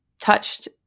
touched